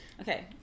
Okay